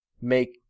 make